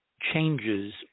changes